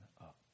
up